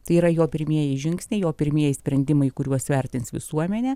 tai yra jo pirmieji žingsniai jo pirmieji sprendimai kuriuos vertins visuomenė